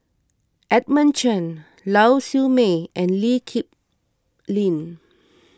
Edmund Chen Lau Siew Mei and Lee Kip Lin